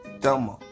dumber